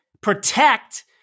protect